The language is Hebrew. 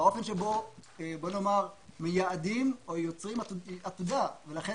באופן שבו מייעדים או יוצרים עתודה ולכן